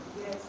Yes